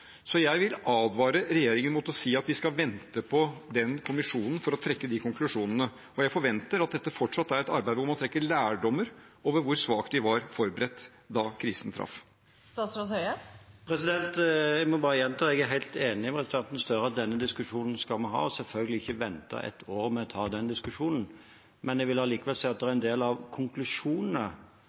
Så jeg vil advare regjeringen mot å si at vi skal vente på kommisjonen for å trekke de konklusjonene, og jeg forventer at dette fortsatt er et arbeid der man trekker lærdommer av hvor svakt vi var forberedt da krisen traff. Jeg må bare gjenta: Jeg er helt enig med representanten Gahr Støre i at denne diskusjonen skal vi ha, og vi skal selvfølgelig ikke vente et år med å ta den. Jeg vil allikevel si at dette ikke nødvendigvis er